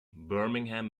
birmingham